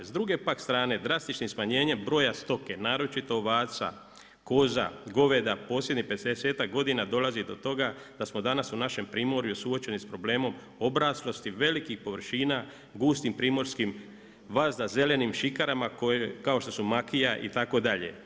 S druge pak strane, drastičnim smanjenjem broja stoke naročito ovaca, koza, goveda posljednjih pedesetak godina dolazi do toga da smo danas u našem primorju suočeni sa problemom obraslosti velikih površina gustim primorskim vazdazelenim šikarama kao što su makija itd.